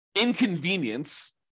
inconvenience